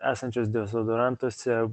esančios dezodorantuose